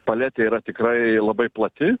paletė yra tikrai labai plati